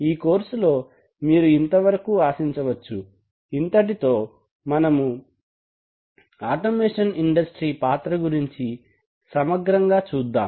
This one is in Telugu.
ఈ కోర్సు లో మీరు ఇంతవరకు ఆశించవచ్చు ఇంతటితో ముగించి మనము ఆటోమేషన్ ఇండస్ట్రీ పాత్ర గురించి సమగ్రంగా చూద్దాం